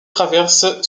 traverse